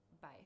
Bye